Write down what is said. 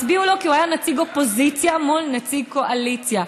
הצביעו לו כי הוא היה נציג אופוזיציה מול נציג קואליציה,